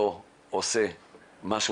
הרי בואי נסכים שמאותו רגע שיש את החתימה,